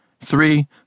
three